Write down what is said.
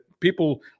People